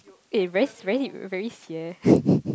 eh very very very eh